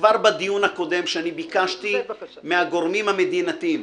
כבר בדיון הקודם, שאני ביקשתי מהגורמים המדינתיים